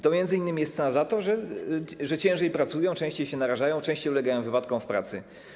To m.in. jest cena za to, że ciężej pracują, częściej się narażają, częściej ulegają wypadkom w pracy.